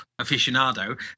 aficionado